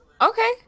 Okay